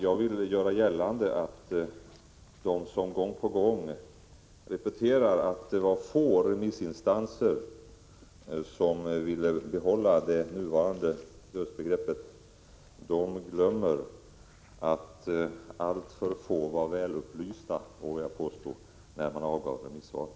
Jag vill göra gällande att de som gång på gång repeterar att det var få remissinstanser som ville behålla det nuvarande dödsbegreppet, de glömmer att alltför få var välupplysta när man avgav remissvaren.